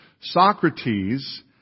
Socrates